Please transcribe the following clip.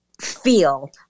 feel